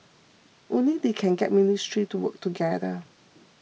only they can get ministries to work together